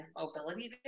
mobility